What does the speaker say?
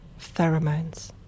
pheromones